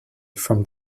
from